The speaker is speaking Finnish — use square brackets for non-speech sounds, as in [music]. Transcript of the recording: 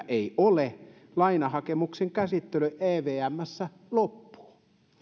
[unintelligible] ei ole lainahakemuksen käsittely evmssä loppuu